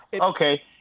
okay